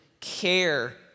care